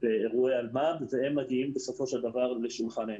באירועי אלמ"ב והן בסופו של דבר מגיעות לשולחן הדיונים.